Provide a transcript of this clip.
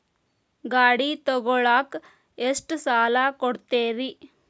ಗಾಡಿ ತಗೋಳಾಕ್ ಎಷ್ಟ ಸಾಲ ಕೊಡ್ತೇರಿ?